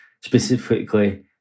specifically